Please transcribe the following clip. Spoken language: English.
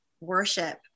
worship